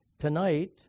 Tonight